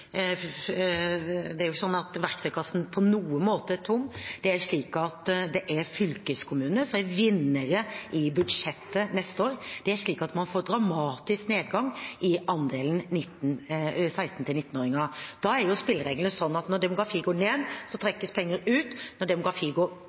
spørsmålet. Det er jo ikke slik at verktøykassen på noen måte er tom. Det er fylkeskommunene som er vinnere i budsjettet neste år. Man får dramatisk nedgang i andelen 16–19-åringer. Da er spillereglene sånn at når demografien går ned,